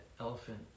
elephant